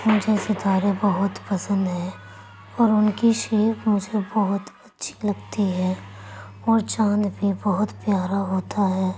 مجھے ستارے بہت پسند ہیں اور ان کی شیپ مجھے بہت اچھی لگتی ہے اور چاند بھی بہت پیارا ہوتا ہے